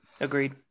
Agreed